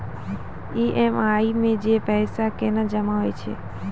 EMI मे जे पैसा केना जमा होय छै?